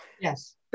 yes